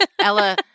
Ella